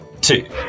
two